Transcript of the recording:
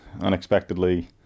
unexpectedly